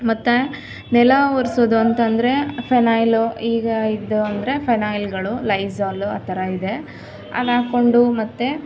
ಮತ್ತು ನೆಲ ಒರೆಸೋದು ಅಂತ ಅಂದ್ರೇ ಫೆನೈಲು ಈಗ ಇದು ಅಂದರೆ ಫೆನೈಲ್ಗಳು ಲೈಝೋಲ್ ಆ ಥರ ಇದೆ ಅಲ್ಲಿ ಹಾಕ್ಕೊಂಡು ಮತ್ತೆ